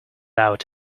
out